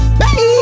baby